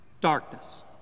Darkness